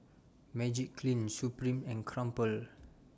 Magiclean Supreme and Crumpler